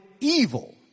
evil